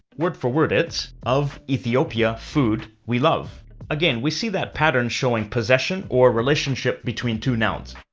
word for word, it's of ethiopia food we love again, we see that pattern showing possession or relationship between two nouns.